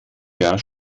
jahr